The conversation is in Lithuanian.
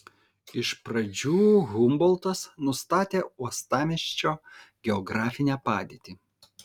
iš pradžių humboltas nustatė uostamiesčio geografinę padėtį